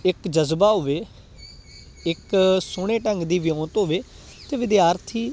ਇੱਕ ਜਜ਼ਬਾ ਹੋਵੇ ਇੱਕ ਸੋਹਣੇ ਢੰਗ ਦੀ ਵਿਉਂਤ ਹੋਵੇ ਤਾਂ ਵਿਦਿਆਰਥੀ